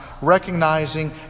recognizing